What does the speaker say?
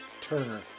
Turner